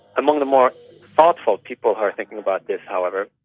among the more thoughtful people who are thinking about this, however,